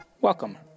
Welcome